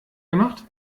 gemacht